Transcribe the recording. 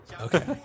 Okay